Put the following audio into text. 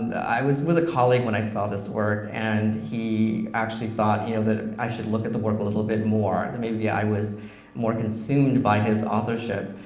i was with a colleague when i saw this work, and he actually thought you know that i should look at the work a little bit more, that maybe i was more consumed by his authorship,